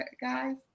guys